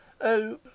Oh